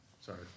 Sorry